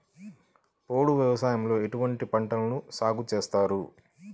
పోడు వ్యవసాయంలో ఎటువంటి పంటలను సాగుచేస్తారు?